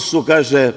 su, kaže,